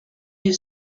you